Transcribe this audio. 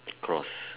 cross